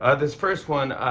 ah this first one,